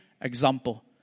example